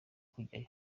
kujyayo